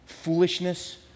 foolishness